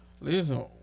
Listen